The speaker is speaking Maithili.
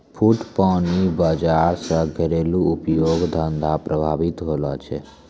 फुटपाटी बाजार से घरेलू उद्योग धंधा प्रभावित होलो छै